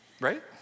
Right